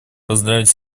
поздравить